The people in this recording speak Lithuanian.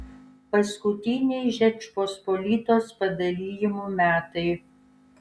paskutiniai žečpospolitos padalijimų metai